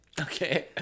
Okay